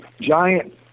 giant